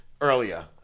earlier